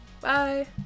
Bye